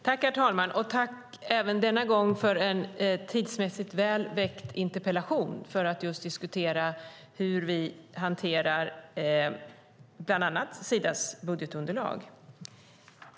Herr talman! Tack även denna gång för att tidsmässigt väl väckt interpellation, för att diskutera hur vi hanterar bland annat Sidas budgetunderlag.